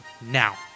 now